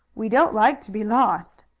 we don't like to be lost!